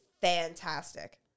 fantastic